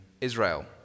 Israel